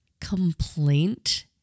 complaint